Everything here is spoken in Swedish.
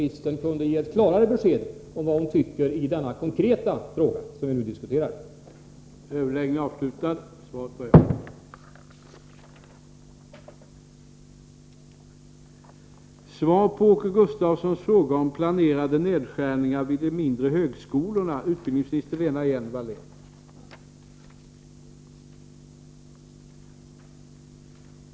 Om så är fallet, vill statsrådet medverka till att UHÄ:s ensidigt inriktade besparingsförslag ej kommer till stånd?